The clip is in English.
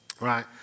right